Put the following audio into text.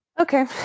okay